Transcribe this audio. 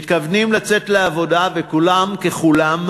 מתכוונים לצאת לעבודה, וכולם, ככולם,